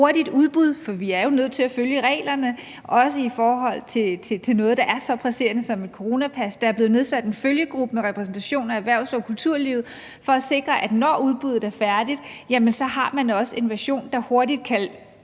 hurtigt udbud, for vi er jo nødt til at følge reglerne, også i forhold til noget, der er så presserende som et coronapas. Der er blevet nedsat en følgegruppe med repræsentation fra erhvervs- og kulturlivet for at sikre, at når udbuddet er færdigt, så har man også en version, der hurtigt kan